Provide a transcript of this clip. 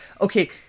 Okay